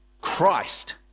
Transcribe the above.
christ